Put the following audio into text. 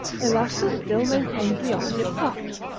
erastus still maintains the opposite part.